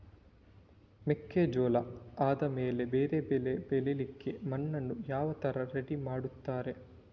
ಮೆಕ್ಕೆಜೋಳ ಆದಮೇಲೆ ಬೇರೆ ಬೆಳೆ ಬೆಳಿಲಿಕ್ಕೆ ಮಣ್ಣನ್ನು ಯಾವ ತರ ರೆಡಿ ಮಾಡ್ತಾರೆ?